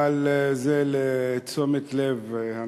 אבל זה לתשומת לב הנוכחים.